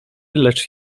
lecz